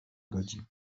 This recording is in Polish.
godzin